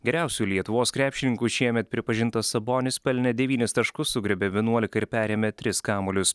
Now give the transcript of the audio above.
geriausiu lietuvos krepšininku šiemet pripažintas sabonis pelnė devynis taškus sugriebė vienuolika ir perėmė tris kamuolius